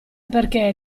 perché